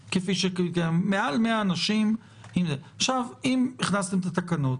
מעל 100 אנשים אם הכנסתם את התקנות,